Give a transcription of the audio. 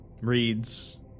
reads